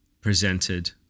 presented